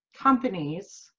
companies